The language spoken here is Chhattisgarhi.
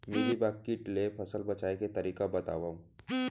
मिलीबाग किट ले फसल बचाए के तरीका बतावव?